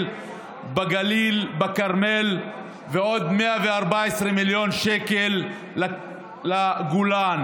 בגליל ובכרמל ועוד 114 מיליון שקל בגולן.